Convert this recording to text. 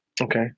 Okay